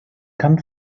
kann